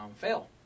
fail